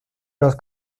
los